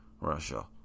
Russia